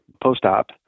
post-op